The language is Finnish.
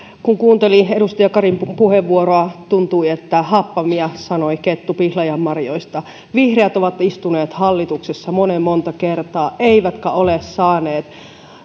kun kuunteli edustaja karin puheenvuoroa tuntui että happamia sanoi kettu pihlajanmarjoista vihreät ovat istuneet hallituksessa monen monta kertaa eivätkä ole saaneet